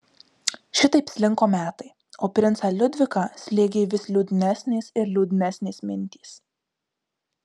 šitaip slinko metai o princą liudviką slėgė vis liūdnesnės ir liūdnesnės mintys